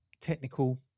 technical